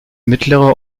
mittlere